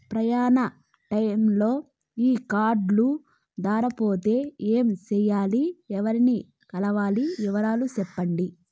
ప్రయాణ టైములో ఈ కార్డులు దారబోతే ఏమి సెయ్యాలి? ఎవర్ని కలవాలి? వివరాలు సెప్పండి?